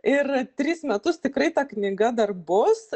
ir tris metus tikrai ta knyga dar bus